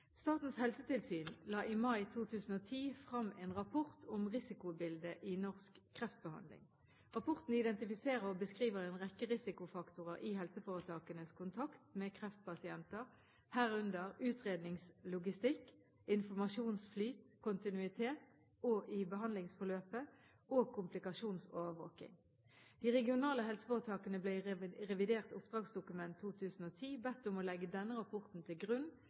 Statens helsetilsyn la i mai 2010 frem en rapport om risikobildet i norsk kreftbehandling. Rapporten identifiserer og beskriver en rekke risikofaktorer i helseforetakenes kontakt med kreftpasienter, herunder utredningslogistikk, informasjonsflyt, kontinuitet i behandlingsforløpet og komplikasjonsovervåking. De regionale helseforetakene ble i revidert oppdragsdokument 2010 bedt om å legge denne rapporten til grunn